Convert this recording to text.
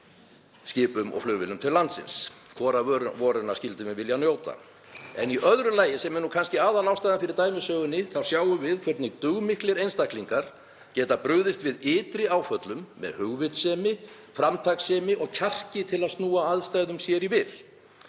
skipum og flugvélum. Hvora vöruna viljum við nota? Í öðru lagi, og það er nú kannski aðalástæðan fyrir dæmisögunni, sjáum við hvernig dugmiklir einstaklingar bregðast við ytri áföllum með hugvitssemi, framtakssemi og kjarki til að snúa aðstæðum sér í vil.